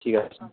ঠিক আছে